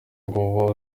nguwo